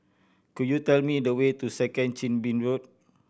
could you tell me the way to Second Chin Bee Road